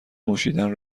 نوشیدن